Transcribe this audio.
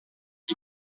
dit